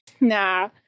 Nah